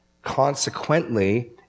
Consequently